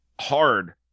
hard